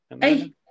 Hey